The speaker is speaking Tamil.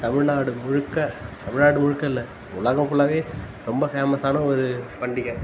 தமிழ்நாடு முழுக்க தமிழ்நாடு முழுக்க இல்லை உலகம் ஃபுல்லாகவே ரொம்ப ஃபேமஸ்ஸான ஒரு பண்டிகை